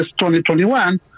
2021